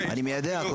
אני מיידע.